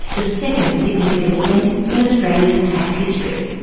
the second significant event in australia's tax history.